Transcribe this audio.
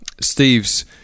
Steve's